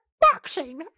boxing